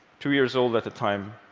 two years old at the time,